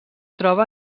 troba